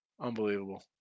Unbelievable